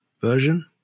version